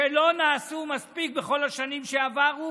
שלא נעשו מספיק בכל השנים שעברו.